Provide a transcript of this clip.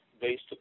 based